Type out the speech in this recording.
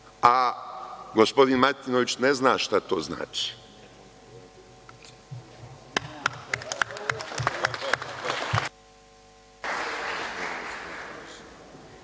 a gospodin Martinović ne zna šta to znači.